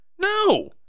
No